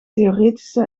theoretische